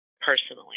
personally